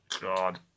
God